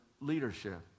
leadership